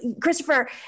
Christopher